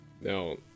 Now